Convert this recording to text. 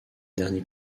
dernier